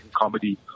comedy